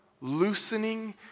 loosening